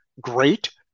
great